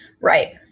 Right